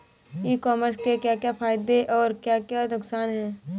ई commerce के क्या क्या फायदे और क्या क्या नुकसान है?